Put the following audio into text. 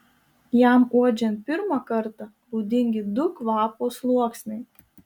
jam uodžiant pirmą kartą būdingi du kvapo sluoksniai